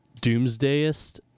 doomsdayist